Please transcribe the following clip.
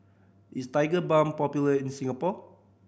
is Tigerbalm popular in Singapore